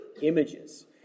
images